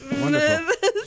Wonderful